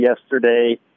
yesterday